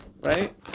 Right